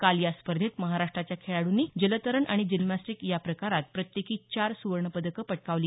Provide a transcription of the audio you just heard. काल या स्पर्धेत महाराष्ट्राच्या खेळाड्रंनी जलतरण आणि जिम्नॅस्टिक या प्रकारात प्रत्येकी चार सुवर्णपदकं पटकावली